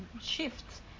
shifts